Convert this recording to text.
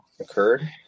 occurred